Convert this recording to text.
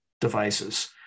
devices